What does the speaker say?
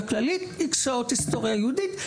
כללית ו-X שעות של היסטוריה יהודית,